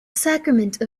sacrament